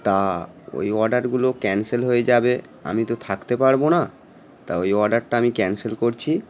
তা ওই অর্ডারগুলো ক্যানসেল হয়ে যাবে আমি তো থাকতে পারব না তা ওই অর্ডারটা আমি ক্যানসেল করছি